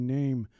name